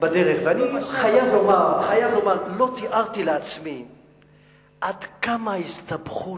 אני חייב לומר שלא תיארתי לעצמי עד כמה ההסתבכות